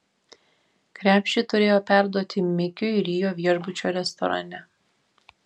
krepšį turėjo perduoti mikiui rio viešbučio restorane